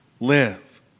Live